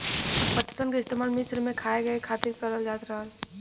पटसन क इस्तेमाल मिस्र में खाए के खातिर करल जात रहल